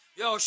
yo